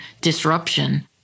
disruption